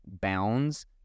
bounds